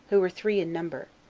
who were three in number,